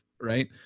right